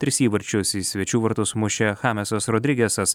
tris įvarčius į svečių vartus mušė chamesas rodrigesas